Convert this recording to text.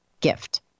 gift